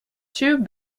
two